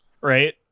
Right